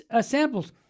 Samples